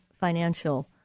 financial